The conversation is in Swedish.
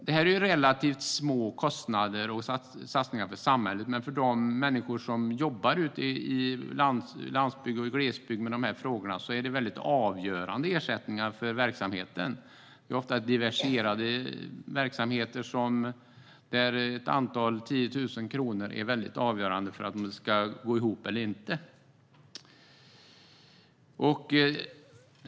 Detta är relativt små kostnader och satsningar för samhället, men för de människor som jobbar ute i landsbygd och glesbygd med dessa frågor är det ersättningar som är avgörande för verksamheten. Det är ofta diversifierade verksamheter, där ett antal tiotusen kronor är mycket avgörande för om det ska gå ihop eller inte.